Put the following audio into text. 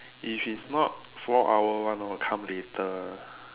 if it's not four hour one I will come later